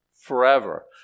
forever